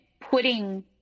putting